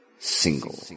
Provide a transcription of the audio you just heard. Single